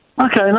Okay